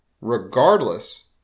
regardless